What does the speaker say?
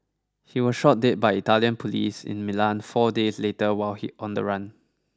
he was shot dead by Italian police in Milan four days later while on the run